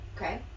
Okay